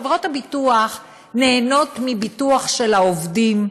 חברות הביטוח נהנות מביטוח של העובדים,